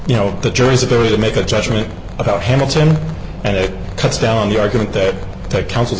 you know the jury's ability to make a judgment about hamilton and it cuts down the argument that council